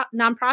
nonprofit